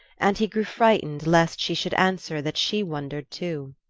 and he grew frightened lest she should answer that she wondered too.